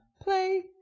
play